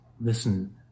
listen